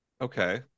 Okay